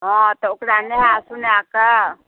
हॅं तऽ ओकरा नहा सुनाकऽ